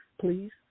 Please